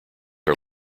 are